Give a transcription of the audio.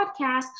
podcast